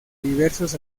diversos